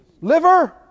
Liver